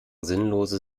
sinnlose